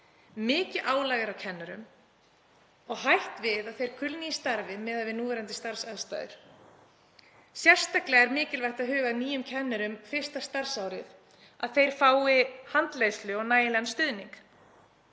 Mikið álag er á kennurum og hætt við að þeir kulni í starfi miðað við núverandi starfsaðstæður. Sérstaklega er mikilvægt að huga að nýjum kennurum fyrsta starfsárið, að þeir fái handleiðslu og nægilegan stuðning.